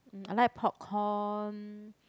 um I like popcorn